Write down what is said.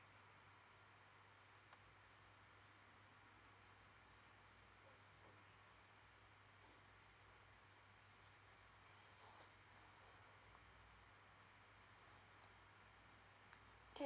k